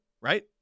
right